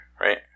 right